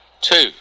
Two